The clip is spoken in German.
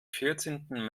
vierzehnten